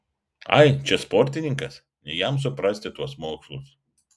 ai čia sportininkas ne jam suprasti tuos mokslus